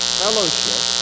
fellowship